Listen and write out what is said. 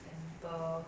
pamper